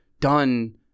done –